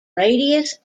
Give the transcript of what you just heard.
radius